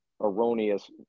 erroneous